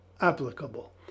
applicable